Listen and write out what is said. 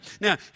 Now